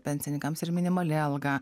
pensininkams ir minimali alga